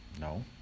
No